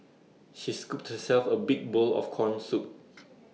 she scooped herself A big bowl of Corn Soup